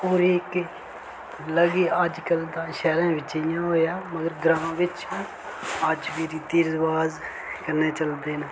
और एह् मतलब की अजकल दा शैहरें बिच्च इ'यां होएया मगर ग्रांऽ बिच्च ना अज्ज बी रीति रिवाज कन्नै चलदे न